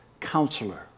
counselor